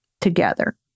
together